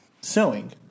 sewing